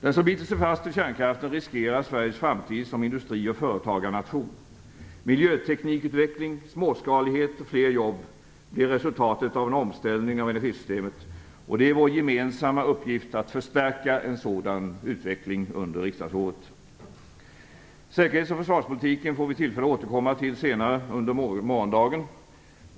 Om man biter sig fast vid kärnkraften riskeras Sveriges framtid som industri och företagarnation. Miljöteknikutveckling, småskalighet och fler jobb blir resultatet av en omställning av energisystemet. Det är vår gemensamma uppgift att förstärka en sådan utveckling under riksdagsåret. Säkerhets och försvarspolitiken får vi tillfälle att återkomma till senare under morgondagen.